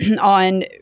on